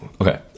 okay